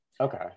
Okay